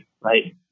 right